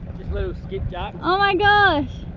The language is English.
just little skip jacks. oh my gosh!